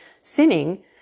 sinning